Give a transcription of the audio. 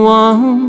one